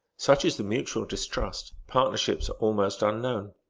such is the mutual distrust, partnerships are almost unknown